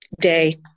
day